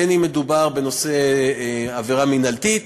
בין אם מדובר בנושא עבירה מינהלתית,